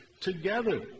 together